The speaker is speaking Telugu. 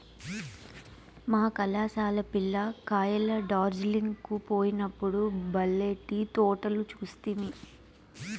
మా కళాశాల పిల్ల కాయలు డార్జిలింగ్ కు పోయినప్పుడు బల్లే టీ తోటలు చూస్తిమి